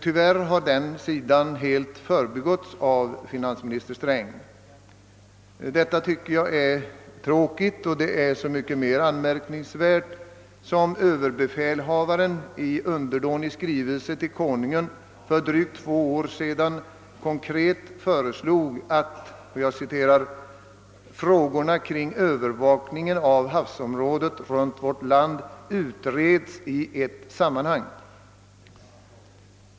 Tyvärr har denna sida helt förbigåtts av finansminister Sträng. Detta är så mycket mer beklagligt och anmärkningsvärt som överbefälhavaren i underdånig skrivelse till Konungen för drygt två år sedan föreslog att »frågorna kring övervakningen av havsområdet runt vårt land utreds i ett sammanhang».